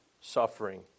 suffering